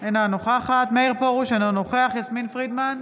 נוכחת מאיר פרוש, אינו נוכח יסמין פרידמן,